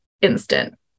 instant